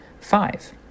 Five